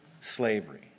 slavery